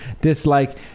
dislike